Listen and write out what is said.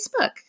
Facebook